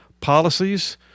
policies